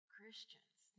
Christians